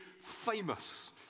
famous